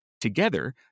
Together